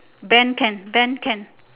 bend can bend can